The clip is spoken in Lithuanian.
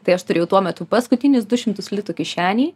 tai aš turėjau tuo metu paskutinis du šimtus litų kišenėj